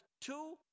two